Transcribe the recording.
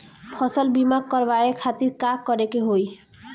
फसल बीमा करवाए खातिर का करे के होई?